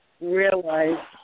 realize